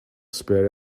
spur